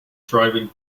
driving